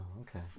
okay